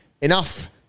enough